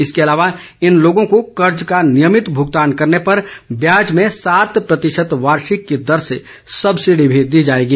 इसके अलावा इन लोगों को कर्ज का नियमित भूगतान करने पर ब्याज में सात प्रतिशत वार्षिक की दर से सब्सिडी भी दी जाएगी